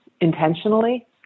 intentionally